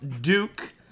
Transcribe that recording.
Duke